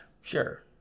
sure